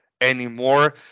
anymore